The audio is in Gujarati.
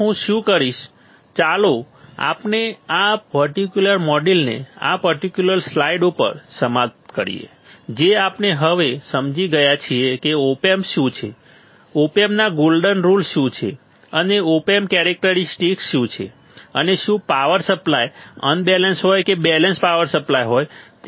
તેથી હું શું કરીશ ચાલો આપણે આ પર્ટિક્યુલર મોડ્યુલને આ પર્ટિક્યુલર સ્લાઇડ ઉપર સમાપ્ત કરીએ જે આપણે હવે સમજી ગયા છીએ કે ઓપ એમ્પ શું છે ઓપ એમ્પના ગોલ્ડન રુલ્સ શું છે અને ઓપન કેરેક્ટરિસ્ટિક્સ શું છે અને શું પાવર સપ્લાય અનબેલેન્સ હોય કે બેલેન્સ પાવર સપ્લાય હોય